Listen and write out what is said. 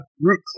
root